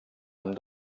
amb